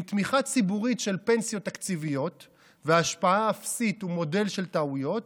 עם תמיכה ציבורית של פנסיות תקציביות והשפעה אפסית ומודל של טעויות,